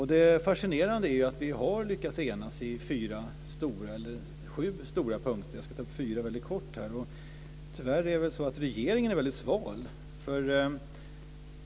Det fascinerande är att vi har lyckats enas på sju viktiga punkter. Jag ska ta upp fyra väldigt kort här. Tyvärr är regeringen väldigt sval.